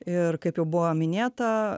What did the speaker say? ir kaip jau buvo minėta